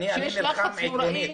אני נלחם עקרונית.